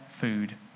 food